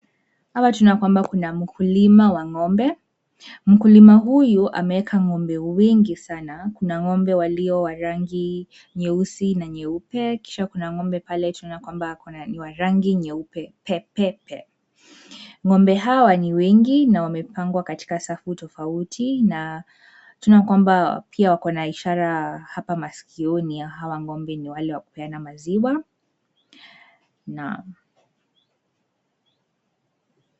Hapa tunaona kwamba kuna mkulima wa ng'ombe, mkulima huyu ameeka ng'ombe wengi sana, kuna wengi walio wa rangi, nyeusi na nyeupe, kisha kuna ng'ombe pale tunaona kwamba ni wa rangi nyeupe pepepe, ng'ombe hawa ni wengi na wamepangwa katika safu tofauti na, tunaona kwamba pia wako na ishara hapa maskioni ya hawa ng'ombe ni wale wakupeana maziwa, naam.